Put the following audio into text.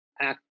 act